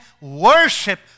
worship